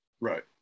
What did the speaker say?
Right